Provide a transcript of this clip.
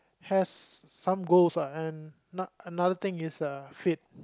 has some goals ah and another thing is uh fit